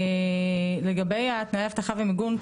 לגבי התניית אבטחה ומיגון,